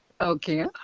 Okay